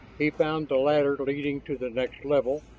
he found the ladder leading to the next level,